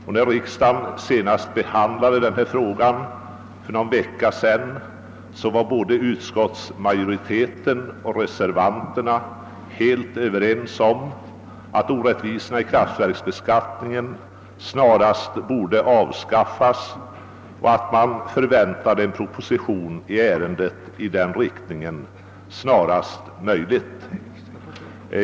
Och när riksdagen senast behandlade frågan, för någon vecka sedan, var ju utskottsmajoriteten och reservanterna helt överens om att orättvisorna i kraftverksbeskattningen borde undanröjas — man förväntade en proposition med förslag i den riktningen snarast möjligt.